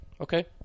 Okay